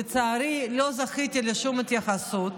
לצערי לא זכיתי לשום התייחסות.